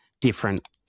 different